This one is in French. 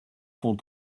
font